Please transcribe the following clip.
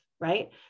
right